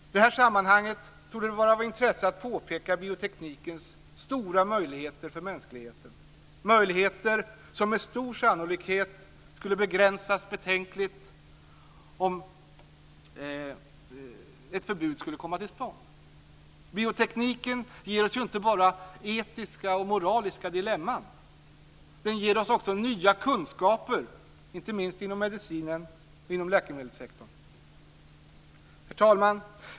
I detta sammanhang torde det vara av intresse att påpeka bioteknikens stora möjligheter för mänskligheten, möjligheter som med stor sannolikhet skulle begränsas betänkligt om ett förbud skulle komma till stånd. Biotekniken ger oss ju inte bara etiska och moraliska dilemman. Den ger oss också nya kunskaper, inte minst inom medicinen och läkemedelssektorn. Herr talman!